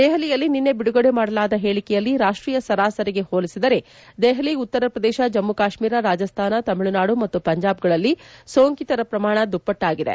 ದೆಹಲಿಯಲ್ಲಿ ನಿನ್ನೆ ಬಿಡುಗಡೆ ಮಾಡಲಾದ ಹೇಳಿಕೆಯಲ್ಲಿ ರಾಷ್ಟೀಯ ಸರಾಸರಿಗೆ ಹೋಲಿಸಿದರೆ ದೆಹಲಿ ಉತ್ತರಪ್ರದೇಶ ಜಮ್ಮು ಕಾಶ್ಮೀರ ರಾಜಿಸ್ಥಾನ ತಮಿಳುನಾಡು ಮತ್ತು ಪಂಜಾಬ್ಗಳಲ್ಲಿ ಸೋಂಕಿತರ ಪ್ರಮಾಣ ದುಪ್ಪಾಟಾಗಿದೆ